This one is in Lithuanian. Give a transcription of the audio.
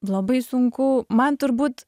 labai sunku man turbūt